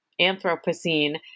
Anthropocene